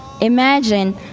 Imagine